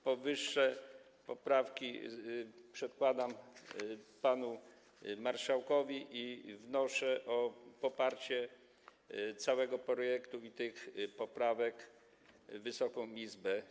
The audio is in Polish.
Powyższe poprawki przedkładam panu marszałkowi i wnoszę o poparcie całego projektu i tych poprawek przez Wysoką Izbę.